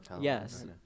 Yes